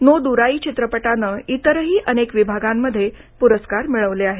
no दुराई चित्रपटानं इतरही अनेक विभागांमध्ये पुरस्कार मिळवले आहेत